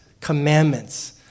commandments